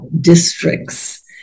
districts